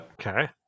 okay